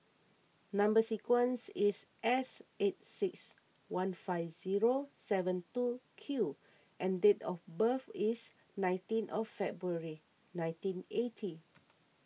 Number Sequence is S eight six one five zero seven two Q and date of birth is nineteen of February nineteen eighty